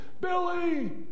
Billy